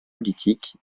politique